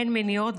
אין מניעות,